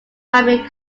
primary